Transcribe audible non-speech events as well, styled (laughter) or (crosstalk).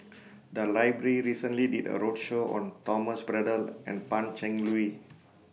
(noise) The Library recently did A roadshow on Thomas Braddell and Pan Cheng Lui